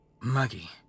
muggy